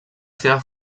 seva